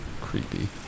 Creepy